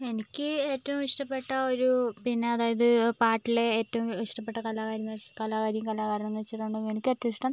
എനിക്ക് ഏറ്റവും ഇഷ്ടപ്പെട്ട ഒരു പിന്നെ അതായത് പാട്ടിലെ ഏറ്റവും ഇഷ്ടപ്പെട്ട കലാകാരെന്ന് വെച്ചാൽ കലാകാരിയും കലാകാരനും എന്ന് വെച്ചിട്ടുണ്ടെങ്കിൽ എനിക്ക് ഏറ്റവും ഇഷ്ടം